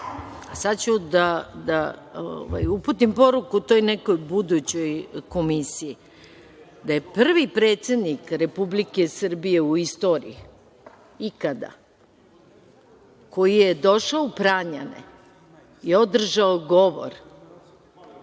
ću da uputim poruku toj nekoj budućoj komisiji da je prvi predsednik Republike Srbije, u istoriji ikada, koji je došao u Pranjane i održao govor